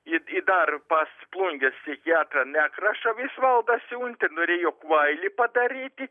į į dar pas plungės psichiatrą nekrašą visvaldą siuntė norėjo kvailį padaryti